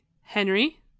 Henry